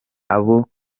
abo